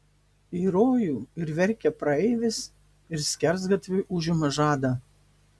į rojų ir verkia praeivis ir skersgatviui užima žadą